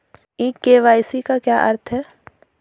ई KYC का क्या अर्थ होता है?